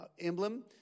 emblem